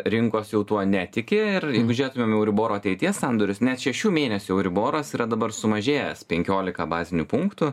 rinkos jau tuo netiki ir jeigu žiūrėtumėm euriboro ateities sandorius net šešių mėnesių euriboras yra dabar sumažėjęs penkiolika bazinių punktų